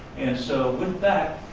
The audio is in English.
and so, with that,